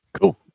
Cool